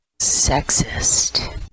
Sexist